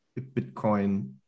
Bitcoin